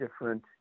different